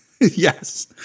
Yes